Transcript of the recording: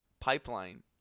pipeline